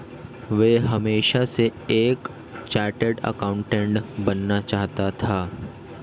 वह हमेशा से एक चार्टर्ड एकाउंटेंट बनना चाहता था